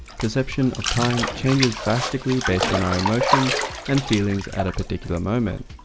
perceptions of time change drastically based on our emotions and feelings at a particular moment.